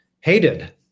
hated